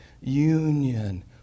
union